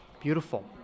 Beautiful